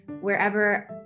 wherever